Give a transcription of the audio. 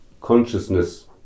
consciousness